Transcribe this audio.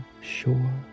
sure